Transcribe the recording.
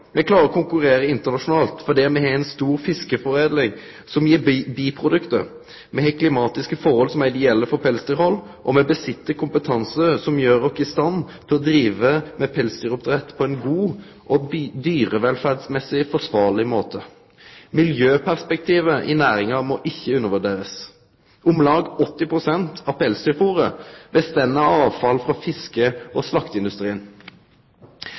Me klarer å konkurrere internasjonalt, fordi me har ei stor fiskeforedling som gir biprodukt. Me har klimatiske forhold som er ideelle for pelsdyrhald, og med sit med kompetanse som gjer oss i stand til å drive med pelsdyroppdrett på ein god og dyrevelferdsmessig forsvarleg måte. Miljøperspektivet i næringa må ein ikkje undervurdere: Om lag 80 pst. av pelsdyrfôret er avfall frå fiske- og